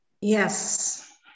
Yes